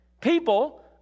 people